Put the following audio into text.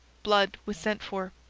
blood was sent for.